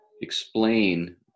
explain